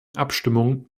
abstimmung